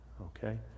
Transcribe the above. okay